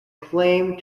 claim